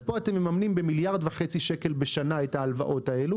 אתם מממנים פה במיליארד וחצי שקל בשנה את ההלוואות האלה